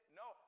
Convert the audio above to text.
no